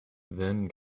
then